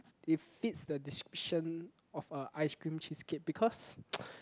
it fits the description of a ice cream cheese cake because